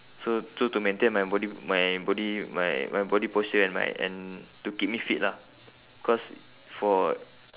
so so to maintain my body my body my my body posture and my and to keep me fit lah cause for